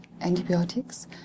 antibiotics